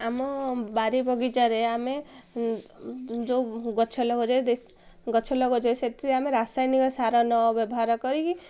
ଆମ ବାରି ବଗିଚାରେ ଆମେ ଯେଉଁ ଗଛ ଲଗା ଯାଏ ଗଛ ଲଗା ଯାଏ ସେଥିରେ ଆମେ ରାସାୟନିକ ସାର ନ ବ୍ୟବହାର କରିକି